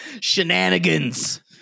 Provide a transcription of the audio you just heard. Shenanigans